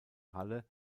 halle